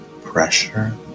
pressure